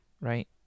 right